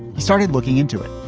he started looking into it